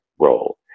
role